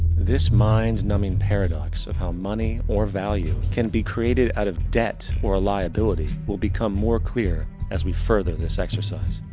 this mind numbing paradox, of how money or value can be created out of debt, or a liability, will become more clear as we further this exercise.